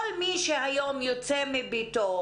כל מי שזכאי לקבל דמי אבטלה,